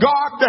God